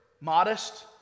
modest